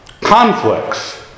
conflicts